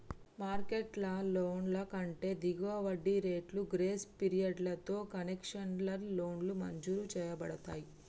market లోన్ల కంటే దిగువ వడ్డీ రేట్లు, గ్రేస్ పీరియడ్లతో కన్సెషనల్ లోన్లు మంజూరు చేయబడతయ్